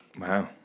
Wow